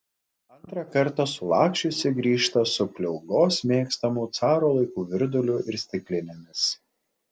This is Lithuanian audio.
antrą kartą sulaksčiusi grįžta su pliaugos mėgstamu caro laikų virduliu ir stiklinėmis